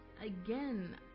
again